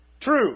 true